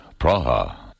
Praha